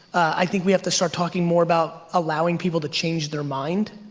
i think we have to start talking more about allowing people to change their mind.